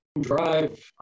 drive